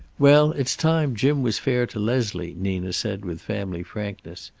well, it's time jim was fair to leslie, nina said, with family frankness.